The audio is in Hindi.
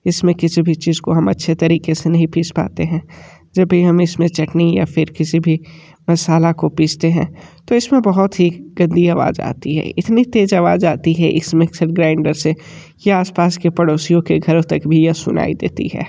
इसमें किसी भी चीज को हम अच्छे तरीके से नहीं पीस पाते हैं जब भी हमें इसमें चटनी या फिर किसी भी मसाला को पीसते हैं तो इसमें बहुत ही गंदी अवाज आती है इसमें तेज आवाज आती है इस मिक्सर ग्राइंडर से ये आस पास के पड़ोसियों के घर तक भी ये सुनाई देती है